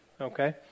okay